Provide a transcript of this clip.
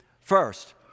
First